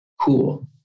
cool